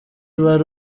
wari